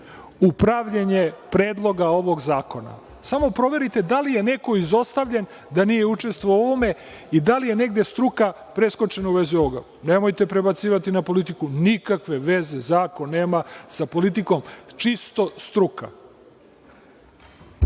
u pravljenje predloga ovog zakona. Samo proverite da li je neko izostavljen da nije učestvovao u ovome i da li je negde struka preskočena u vezi ovoga. Nemojte prebacivati na politiku. Nikakve veze zakon nema sa politikom, čisto struka.